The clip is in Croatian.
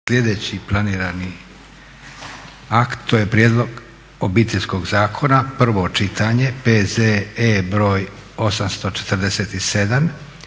sljedeći planirani akt, to je: - Prijedlog Obiteljskog zakona, prvo čitanje, P.Z.E. br. 847;